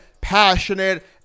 passionate